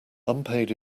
unpaid